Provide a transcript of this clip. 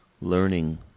learning